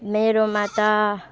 मेरोमा त